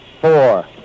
four